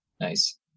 Nice